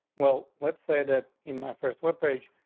well, let's say that in my first webpage,